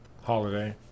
Holiday